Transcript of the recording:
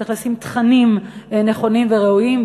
צריך לשים תכנים נכונים וראויים,